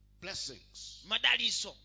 Blessings